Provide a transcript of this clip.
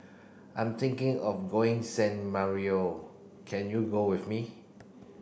I'm thinking of going San Marino can you go with me